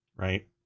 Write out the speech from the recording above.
Right